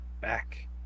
back